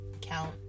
count